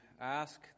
ask